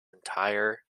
entire